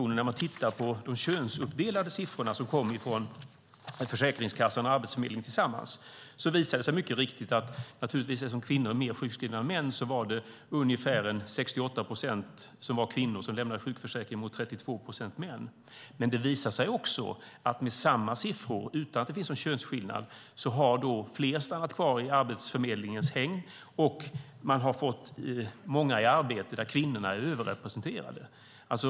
När man tittar på de könsuppdelade siffror för arbetslivsintroduktionen som kommer från Försäkringskassan och Arbetsförmedlingen tillsammans visar det sig mycket riktigt att eftersom kvinnor är mer sjukskrivna än män var det ungefär 68 procent kvinnor som lämnade sjukförsäkringen mot 32 procent män. Men det visar sig också med samma siffror - utan att det finns någon könsskillnad - att fler har stannat kvar i Arbetsförmedlingens hägn och att man har fått många i arbete där kvinnorna är överrepresenterade.